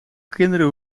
kinderen